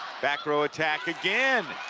back row attack again.